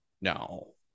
No